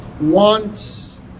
wants